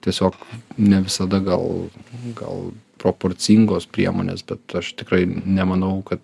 tiesiog ne visada gal gal proporcingos priemonės bet aš tikrai nemanau kad